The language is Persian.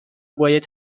باید